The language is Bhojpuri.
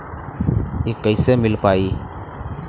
इ कईसे मिल पाई?